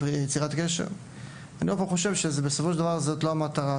אני חושב שזוהי לא המטרה,